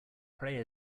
pray